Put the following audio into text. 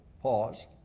pause